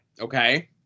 okay